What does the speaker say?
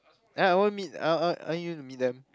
ah I want meet I I I want you to meet them